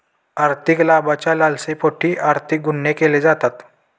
आर्थिक लाभाच्या लालसेपोटी आर्थिक गुन्हे केले जातात